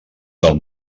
del